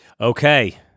Okay